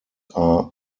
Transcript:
are